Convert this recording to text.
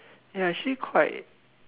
ya actually quite